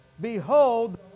Behold